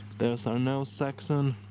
so no saxon